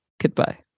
Goodbye